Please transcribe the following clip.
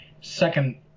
second